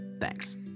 Thanks